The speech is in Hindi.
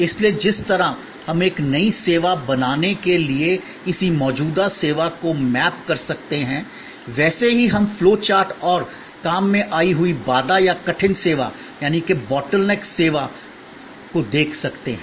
इसलिए जिस तरह हम एक नई सेवा बनाने के लिए किसी मौजूदा सेवा को मैप कर सकते हैं वैसे ही हम फ्लो चार्ट और काममें आई हुयी बाधा या कठिन सेवा सेवा को देख सकते हैं